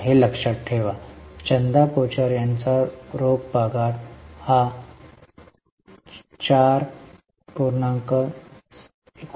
हे लक्षात ठेवा चंदा कोचरचे यांचा रोख पगार होते ते 4